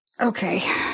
okay